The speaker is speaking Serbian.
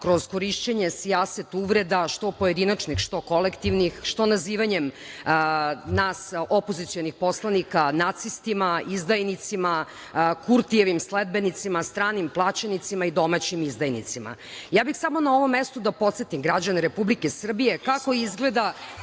kroz korišćenje sijaset uvreda, što pojedinačnih, što kolektivnih, što nazivanjem nas opozicionih poslanika nacistima, izdajnicima, Kurtijevim sledbenicima, stranim plaćenicima i domaćim izdajnicima. Samo bih na ovom mestu da podsetim građane Republike Srbije kako izgleda